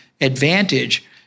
advantage